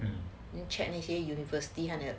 那些 university 看看